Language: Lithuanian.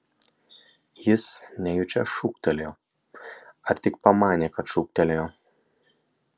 jis nejučia šūktelėjo ar tik pamanė kad šūktelėjo